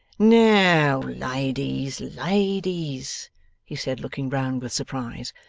now, ladies, ladies he said, looking round with surprise,